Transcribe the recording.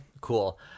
cool